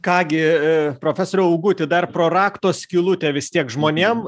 ką gi profesoriau auguti dar pro rakto skylutę vis tiek žmonėm